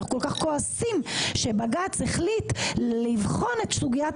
אנחנו כל כך כועסים שבג"צ החליט לבחון את סוגיית